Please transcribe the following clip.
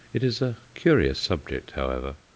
it is a curious subject, however.